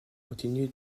continue